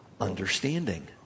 understanding